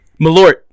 Malort